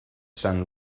san